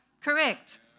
Correct